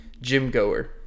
gym-goer